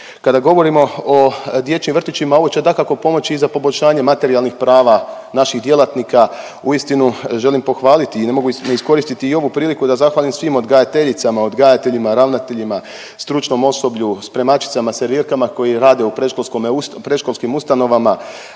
Kada govorimo o dječjim vrtićima, ovo će dakako pomoći i za poboljšanje materijalnih prava naših djelatnika. Uistinu želim pohvaliti i ne mogu ne iskoristiti i ovu priliku da zahvalim svim odgajateljicama, odgajateljima, ravnateljima, stručnom osoblju, spremačicama, servirkama koji rade u predškolskim ustanovama.